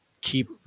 keep